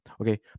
Okay